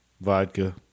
Vodka